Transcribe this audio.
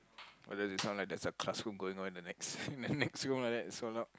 why does it sound like there's a classroom going on in the next the next room like that so loud